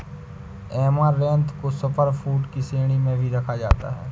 amaranth को super food की श्रेणी में भी रखा जाता है